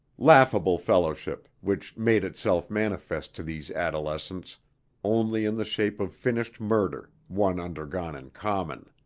laughable fellowship, which made itself manifest to these adolescents only in the shape of finished murder, one undergone in common!